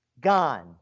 gone